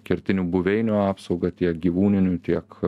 kertinių buveinių apsauga tiek gyvūninių tiek